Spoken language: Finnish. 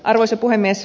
arvoisa puhemies